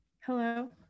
Hello